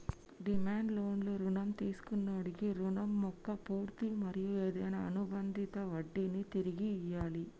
demand లోన్లు రుణం తీసుకొన్నోడి రుణం మొక్క పూర్తి మరియు ఏదైనా అనుబందిత వడ్డినీ తిరిగి ఇయ్యాలి